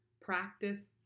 Practice